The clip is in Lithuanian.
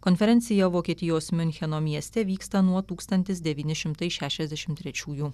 konferencija vokietijos miuncheno mieste vyksta nuo tūkstantis devyni šimtai šešiasdešimt trčiųjų